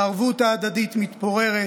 הערבות ההדדית מתפוררת,